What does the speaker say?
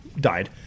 died